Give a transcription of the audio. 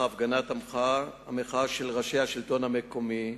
הפגנת המחאה של ראשי השלטון המקומי,